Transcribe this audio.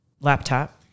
laptop